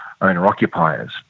owner-occupiers